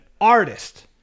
artist